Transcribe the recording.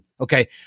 okay